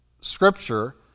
Scripture